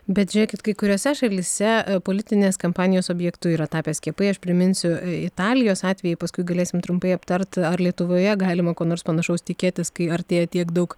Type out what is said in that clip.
bet žiūrėkit kai kuriose šalyse politinės kampanijos objektu yra tapę skiepai aš priminsiu e italijos atvejį paskui galėsime trumpai aptart ar lietuvoje galima ko nors panašaus tikėtis kai artėja tiek daug